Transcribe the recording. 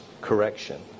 correction